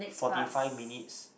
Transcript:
forty five minutes